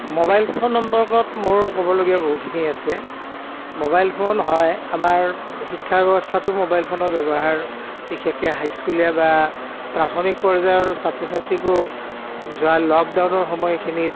mobile phone সম্পৰ্কত মোৰ ক'বলগীয়া বহুখিনি আছে মোবাইল ফোন হয় আমাৰ শিক্ষা ব্যৱস্থাটো মোবাইল ফোনৰ ব্যৱহাৰ বিশেষকৈ হাইস্কুলীয়া বা প্ৰাথমিক পৰ্যায়ৰ ছাত্ৰ ছাত্ৰীকো যোৱা লকডাউনৰ সময়খিনিত